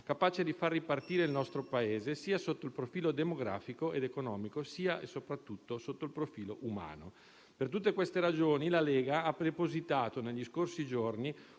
capace di far ripartire il nostro Paese sotto il profilo sia demografico ed economico, sia soprattutto umano. Per tutte queste ragioni, la Lega ha depositato negli scorsi giorni